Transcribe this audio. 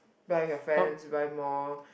buy your friends buy more